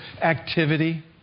activity